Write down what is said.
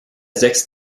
sechs